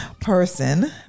Person